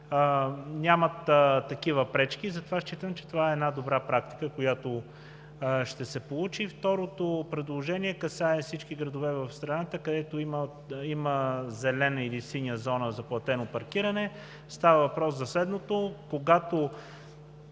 нямат такива пречки. Затова считам, че това е една добра практика, която ще се получи. Второто предложение касае всички градове в страната, където има „Зелена“ или „Синя зона“ за платено паркиране. Става въпрос за следното: